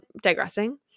digressing